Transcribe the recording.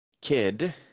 kid